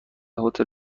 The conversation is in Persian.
هتل